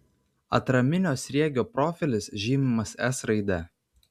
atraminio sriegio profilis žymimas s raide